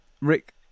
Rick